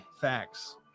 Facts